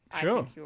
Sure